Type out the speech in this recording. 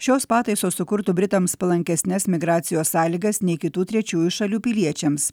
šios pataisos sukurtų britams palankesnes migracijos sąlygas nei kitų trečiųjų šalių piliečiams